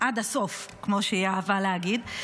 עד הסוף, כמו שהיא אהבה להגיד.